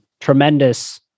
tremendous